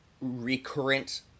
recurrent